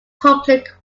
public